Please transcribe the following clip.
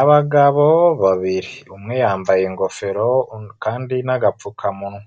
Abagabo babiri, umwe yambaye ingofero kandi n'agapfukamunwa.